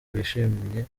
bishimye